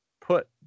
put